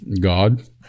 God